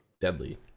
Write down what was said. Deadly